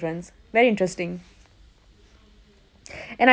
so for them it's gonna be hard to like coordinate shit and stuff